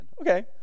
Okay